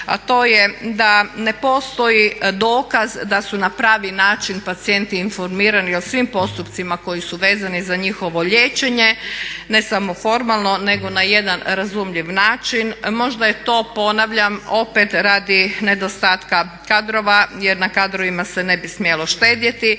a to je da ne postoji dokaz da su na pravi način pacijenti informirani o svim postupcima koji su vezani za njihovo liječenje, ne samo formalno nego na jedan razumljiv način. Možda je to, ponavljam, opet radi nedostatka kadrova jer na kadrovima se ne bi smjelo štedjeti